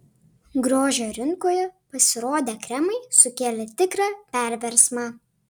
grožio rinkoje pasirodę kremai sukėlė tikrą perversmą